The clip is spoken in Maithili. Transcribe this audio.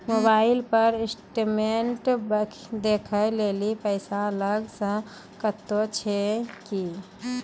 मोबाइल पर स्टेटमेंट देखे लेली पैसा अलग से कतो छै की?